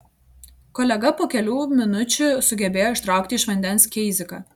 kolega po kelių minučių sugebėjo ištraukti iš vandens keiziką